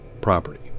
property